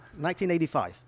1985